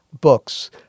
books